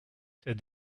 said